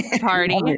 party